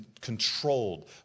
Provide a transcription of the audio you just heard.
controlled